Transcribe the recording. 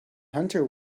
hunter